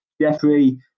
Jeffrey